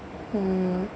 hmm